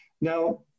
Now